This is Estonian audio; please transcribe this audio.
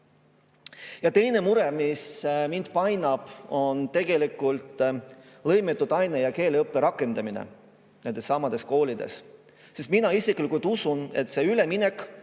Teine mure, mis mind painab, on tegelikult lõimitud aine- ja keeleõppe rakendamine nendessamades koolides. Mina isiklikult usun, et see üleminek